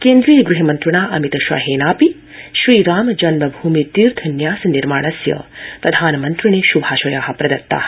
केन्द्रीय गृहमन्त्रिणा अमित शाहेनापि श्री राम जन्म भूमि तीर्थ न्यास निर्माणस्य प्रधानमन्त्रिणे शुभाशया प्रदत्ता